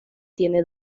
tiene